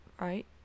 right